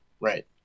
Right